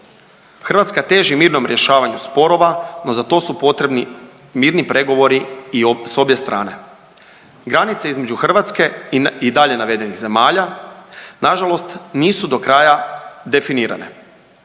Hrvatska teži mirnom rješavanju sporova, no za to su potrebni mirni pregovori i s obje strane. Granica između Hrvatske i dalje navedenih zemalja nažalost nisu do kraja definirane.